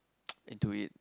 into it